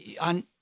on